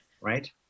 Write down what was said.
right